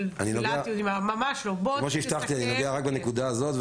אני נוגע רק בנקודה הזאת.